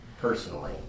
personally